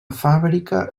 fàbrica